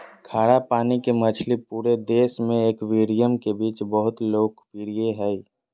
खारा पानी के मछली पूरे देश में एक्वेरियम के बीच बहुत लोकप्रिय हइ